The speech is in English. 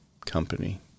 company